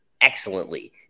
excellently